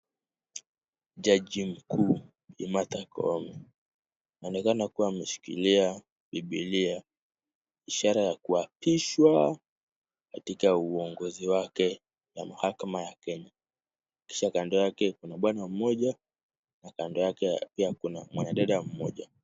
Jaji mkuu Martha Koome anaonekana kuwa ameshikilia bibilia, ishara ya kuapishwa katika uongozi wake ya mahakama ya Kenya kisha kando yake kuna bwana mmoja na kando yake pia kuna mwanadada mmoja.